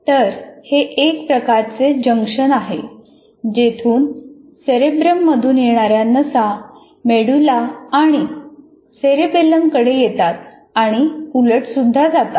तर हे एक प्रकारचे जंक्शन आहे जिथून सेरेब्रममधून येणाऱ्या नसा मेडुला आणि सेरेबेलम कडे येतात आणि उलट सुद्धा जातात